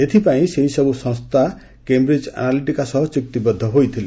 ଏଥିପାଇଁ ସେହିସବୁ ସଂସ୍ଥା କେମ୍ବ୍ରିକ୍ ଆନାଲିଟିକା ସହ ଚୁକ୍ତିବଦ୍ଧ ହୋଇଥିଲେ